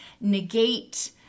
negate